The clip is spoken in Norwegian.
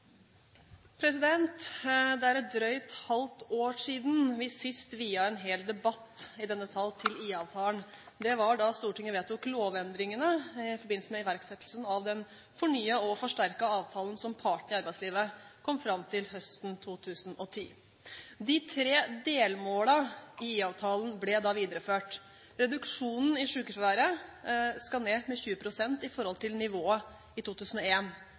måte. Det er et drøyt halvt år siden vi sist viet en hel debatt i denne sal til IA-avtalen. Det var da Stortinget vedtok lovendringene i forbindelse med iverksettelsen av den fornyede og forsterkede avtalen som partene i arbeidslivet kom fram til høsten 2010. De tre delmålene i IA-avtalen ble da videreført: reduksjonen i sykefraværet skal ned med 20 pst. i forhold til nivået i